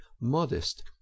modest